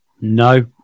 No